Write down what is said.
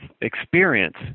experience